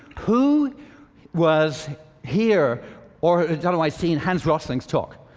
who was here or has otherwise seen hans rosling's talk?